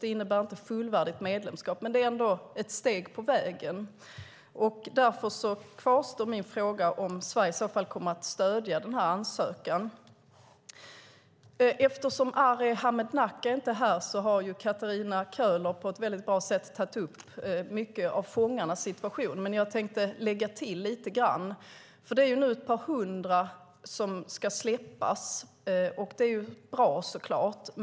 Det innebär inte fullvärdigt medlemskap, men det är ett steg på vägen. Därför kvarstår min fråga om Sverige kommer att stödja ansökan. Eftersom Arhe Hamednaca inte är här har Katarina Köhler på ett bra sätt tagit upp mycket av fångarnas situation. Jag tänker lägga till en del. Nu ska ett par hundra fångar släppas. Det är så klart bra.